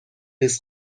لیز